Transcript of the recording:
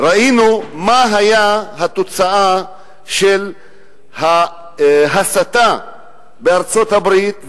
ראינו מה היתה התוצאה של ההסתה בארצות-הברית,